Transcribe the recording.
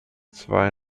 zwei